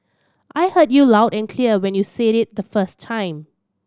I heard you loud and clear when you said it the first time